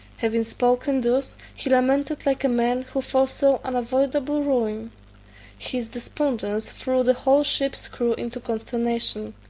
having spoken thus, he lamented like a man who foresaw unavoidable ruin his despondence threw the whole ship's crew into consternation.